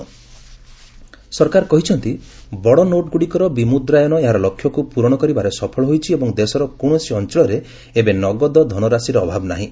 DEA ନୋଟବ୍ୟାଙ୍କ ସରକାର କହିଛନ୍ତି ବଡ ନୋଟ୍ଗୁଡିକର ବିମୁଦ୍ରାୟନ ଏହାର ଲକ୍ଷ୍ୟକୁ ପ୍ରରଣ କରିବାରେ ସଫଳ ହୋଇଛି ଏବଂ ଦେଶର କୌଣସି ଅଞ୍ଚଳରେ ଏବେ ନଗଦ ଧନରାଶିର ଅଭାବ ନାହିଁ